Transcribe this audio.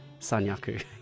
Sanyaku